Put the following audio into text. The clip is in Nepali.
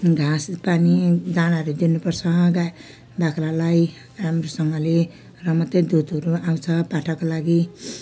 घाँस पानी दानाहरू दिनुपर्छ गाई बाख्रालाई राम्रोसँगले र मात्रै दुधहरू आउँछ पाठाको लागि